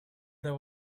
there